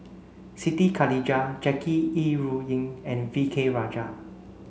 Siti Khalijah Jackie Yi Ru Ying and V K Rajah